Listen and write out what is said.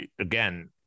again